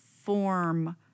form